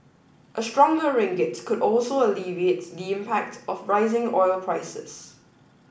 a stronger ringgit could also alleviate the impact of rising oil prices